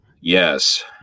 Yes